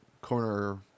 corner